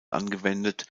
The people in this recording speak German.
angewendet